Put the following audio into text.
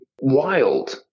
wild